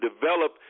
develop